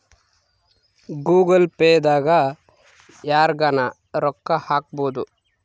Google Pay ದಾಗ ಯರ್ಗನ ರೊಕ್ಕ ಹಕ್ಬೊದು